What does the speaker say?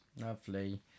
Lovely